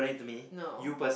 no